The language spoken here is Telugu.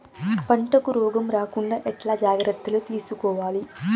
పంటకు రోగం రాకుండా ఎట్లా జాగ్రత్తలు తీసుకోవాలి?